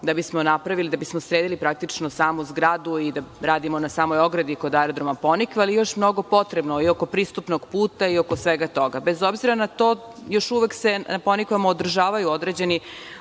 da bismo napravili, da bismo sredili praktično samu zgradu i da radimo na samoj ogradi kod aerodroma „Ponikve“, ali je još mnogo potrebno i oko pristupnog puta i oko svega toga. Bez obzira na to, još uvek se u „Ponikvama“ održavaju određeni,